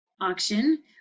auction